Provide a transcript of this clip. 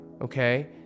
okay